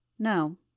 No